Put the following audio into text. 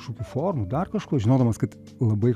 kažkokių formų dar kažko žinodamas kad labai